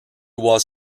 was